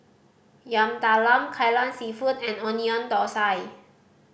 Yam Talam Kai Lan Seafood and Onion Thosai